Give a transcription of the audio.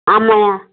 ஆமாங்க